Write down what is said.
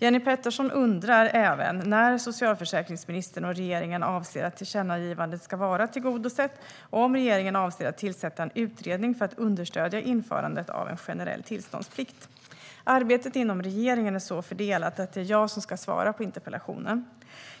Jenny Petersson undrar även när socialförsäkringsministern och regeringen avser att tillkännagivandet ska vara tillgodosett och om regeringen avser att tillsätta en utredning för att understödja införandet av en generell tillståndsplikt. Arbetet inom regeringen är så fördelat att det är jag som ska svara på interpellationen.